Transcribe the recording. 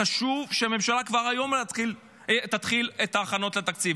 חשוב שהממשלה כבר היום תתחיל את ההכנות לתקציב,